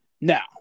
Now